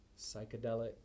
psychedelic